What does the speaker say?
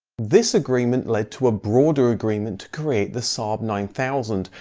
this agreement led to a broader agreement to create the saab nine thousand,